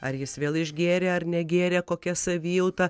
ar jis vėl išgėrė ar negėrė kokia savijauta